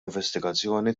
investigazzjoni